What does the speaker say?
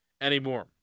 anymore